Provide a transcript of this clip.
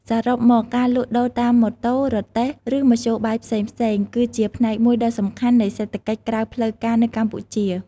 សរុបមក ការលក់ដូរតាមម៉ូតូ រទេះ ឬមធ្យោបាយផ្សេងៗ គឺជាផ្នែកមួយដ៏សំខាន់នៃសេដ្ឋកិច្ចក្រៅផ្លូវការនៅកម្ពុជា។